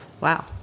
Wow